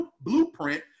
blueprint